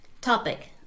Topic